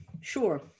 Sure